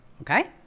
Okay